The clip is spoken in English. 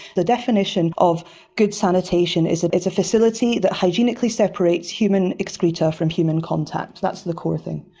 the definition of good sanitation is it's a facility that hygienically separates human excreta from human contact, that's the core thing.